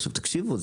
עכשיו תקשיבו,